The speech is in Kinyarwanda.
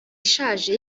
ishaje